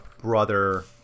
brother